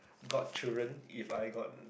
godchildren if I got